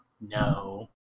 No